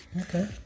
okay